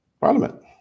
Parliament